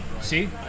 see